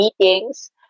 meetings